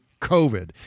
COVID